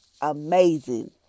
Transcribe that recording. amazing